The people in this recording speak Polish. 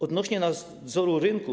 Odnośnie do nadzoru rynku.